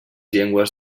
llengües